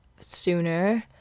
sooner